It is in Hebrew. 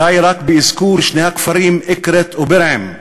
די רק באזכור שני הכפרים אקרית ובירעם,